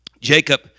Jacob